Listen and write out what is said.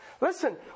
Listen